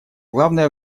главное